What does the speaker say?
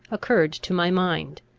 occurred to my mind.